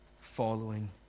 following